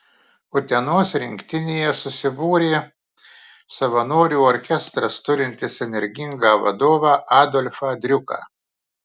utenos rinktinėje susibūrė savanorių orkestras turintis energingą vadovą adolfą driuką